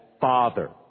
father